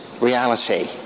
reality